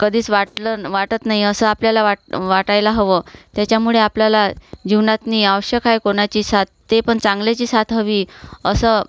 कधीच वाटलं वाटत नाही असं आपल्याला वाट वाटायला हवं त्याच्यामुळे आपल्याला जीवनातनी आवश्यक आहे कोणाची साथ ते पण चांगल्याची साथ हवी असं